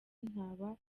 ntaba